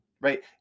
right